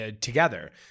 together